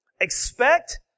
Expect